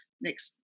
next